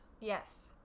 yes